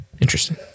Interesting